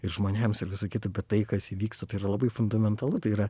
ir žmonėms ir visa kita bet tai kas įvyksta tai yra labai fundamentalu tai yra